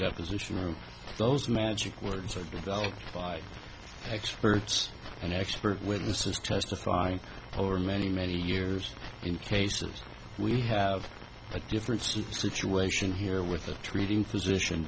deposition room those magic words are developed by experts and expert witnesses testify over many many years in cases we have a difference in situation here with the treating physician